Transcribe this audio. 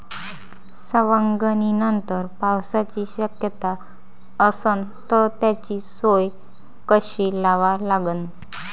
सवंगनीनंतर पावसाची शक्यता असन त त्याची सोय कशी लावा लागन?